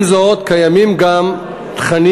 עם זאת קיימים גם תכנים,